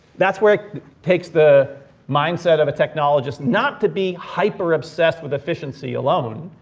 that's where it takes the mindset of a technologist, not to be hyper obsessed with efficiency alone,